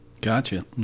Gotcha